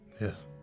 Yes